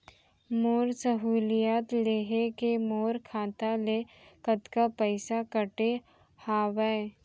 मोर सहुलियत लेहे के मोर खाता ले कतका पइसा कटे हवये?